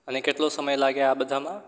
અને કેટલો સમય લાગે આ બધામાં